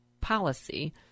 policy